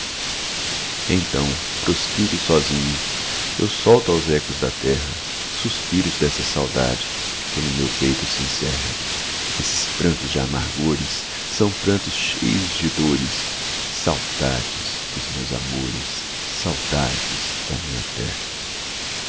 pavor então proscrito e sozinho eu solto aos ecos da serra suspiros dessa saudade que no meu peito se encerra esses prantos de amargores são prantos cheios de dores saudades dos meus amores saudades da minha terra